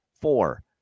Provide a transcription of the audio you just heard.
four